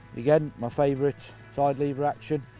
again, my favorite side lever action.